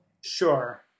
sure